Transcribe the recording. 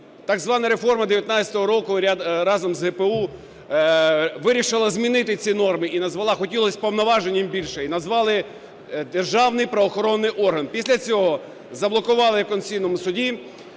Так звана реформа 19-го року разом з ГПУ вирішила змінити ці норми і назвала, хотілось повноважень їм більше, і назвали – державний правоохоронний орган. Після цього заблокували в Конституційному Суді,